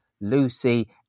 Lucy